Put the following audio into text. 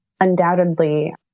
undoubtedly